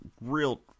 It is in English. real